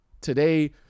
today